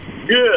Good